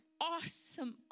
awesome